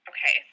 Okay